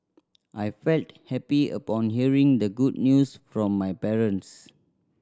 I felt happy upon hearing the good news from my parents